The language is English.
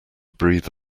breathe